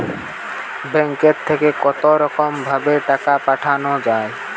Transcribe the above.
ব্যাঙ্কের থেকে কতরকম ভাবে টাকা পাঠানো য়ায়?